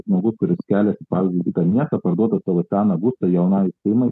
žmogus kuris keliasi pavyzdžiui į kitą miestą parduoda savo seną būstą jaunai šeimai